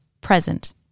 present